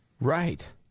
Right